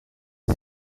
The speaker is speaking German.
sie